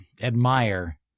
admire